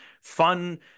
fun